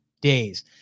days